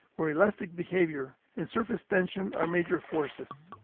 where elastic behavior and surface tension are major forces.